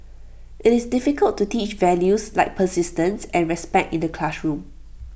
IT is difficult to teach values like persistence and respect in the classroom